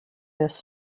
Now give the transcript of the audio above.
this